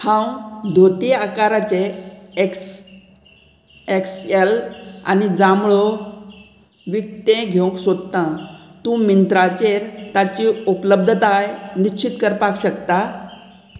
हांव धोतीय आकाराचे एक्स एक्सएल आनी जांबळो विकतें घेवंक सोदतां तूं मिंत्राचेर ताची उपलब्धताय निश्चित करपाक शकता